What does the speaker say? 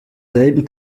selben